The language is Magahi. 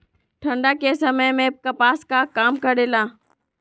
ठंडा के समय मे कपास का काम करेला?